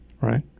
right